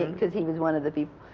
because he was one of the people,